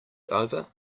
over